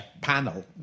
panel